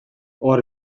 hor